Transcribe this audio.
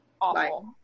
awful